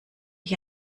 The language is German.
ich